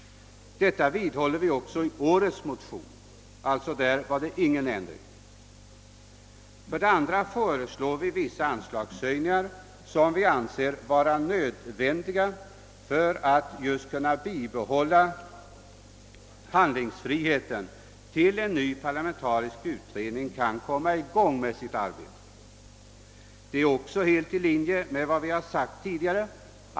Detta vidhåller vi också i årets motion. För det andra föreslår vi vissa anslagshöjningar som vi anser vara nödvändiga för att just kunna bibehålla handlingsfriheten tills en ny parlamentarisk utredning kan komma i gång med sitt arbete. Det är också helt i linje med vad vi sagt tidigare.